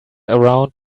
around